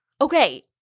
Okay